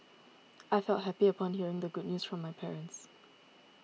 I felt happy upon hearing the good news from my parents